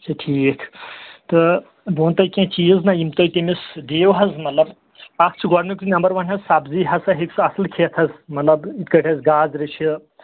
اچھا ٹھیٖک تہٕ بہٕ وَنہٕ تۄہہِ کینٛہہ چیٖز نا یِم تۄہہِ تٔمِس دِیِو حظ مطلب اَکھ چھُ گۄڈنیُٚکُے نمبر وَن سبزی ہَسا ہیٚکہٕ سُہ اَصٕل کھٮ۪تھ حظ مطلب یِتھ کٔٹھۍ حظ گازرِ چھِ